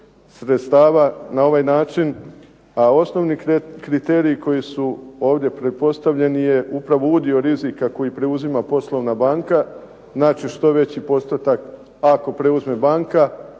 sredstava na ovaj način, a osnovni kriterij koji su ovdje pretpostavljeni je upravo udio rizika koji preuzima poslovna banka, znači što veći postotak ako preuzme banka.